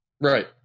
Right